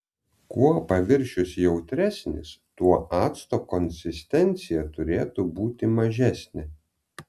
kuo paviršius jautresnis tuo acto konsistencija turėtų būti mažesnė